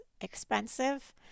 expensive